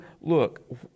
look